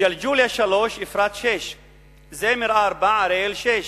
ג'לג'וליה, 3, אפרת, 6, זמר, 4, אריאל, 6,